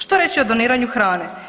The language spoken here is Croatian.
Što reći o doniranju hrane?